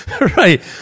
Right